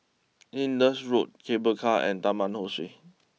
Indus Road Cable Car and Taman Ho Swee